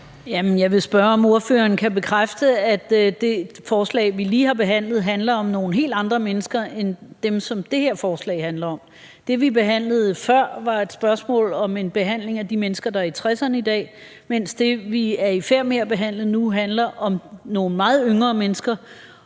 Jeg vil spørge, om ordføreren kan bekræfte, at det forslag, vi lige har behandlet, handler om nogle helt andre mennesker end dem, som det her forslag handler om. Det, vi behandlede før, var et spørgsmål om en behandling af de mennesker, der er i 60'erne i dag, mens det, vi er i færd med at behandle nu, handler om nogle meget yngre mennesker